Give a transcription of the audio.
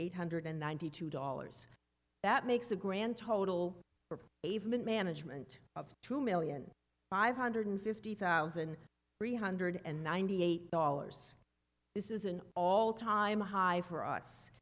eight hundred ninety two dollars that makes a grand total even management of two million five hundred fifty thousand three hundred and ninety eight dollars this is an all time high for us